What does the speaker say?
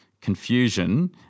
confusion